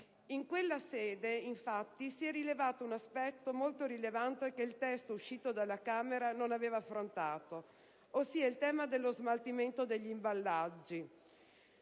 In quella sede, infatti, è emerso un aspetto molto rilevante che il testo uscito dalla Camera non aveva affrontato, ossia il tema dello smaltimento degli imballaggi,